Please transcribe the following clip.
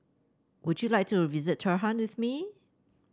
would you like to visit Tehran with me